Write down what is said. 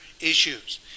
issues